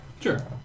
Sure